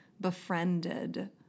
befriended